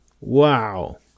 Wow